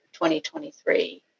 2023